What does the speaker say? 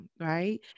right